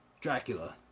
Dracula